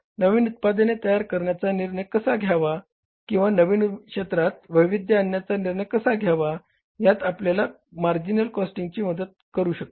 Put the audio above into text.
मग नवीन उत्पादने तयार करण्याचा निर्णय कसा घ्यावा किंवा नवीन क्षेत्रात वैविध्य आणण्याचा निर्णय कसा घ्यावा ह्यात आपल्याला मार्जिनल कॉस्टिंग मदत करू शकते